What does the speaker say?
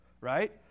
right